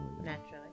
Naturally